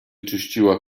czyściła